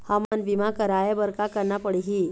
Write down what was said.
हमन बीमा कराये बर का करना पड़ही?